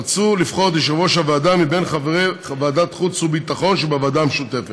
רצו לבחור את היושב-ראש מבין חברי ועדת החוץ והביטחון שבוועדה המשותפת,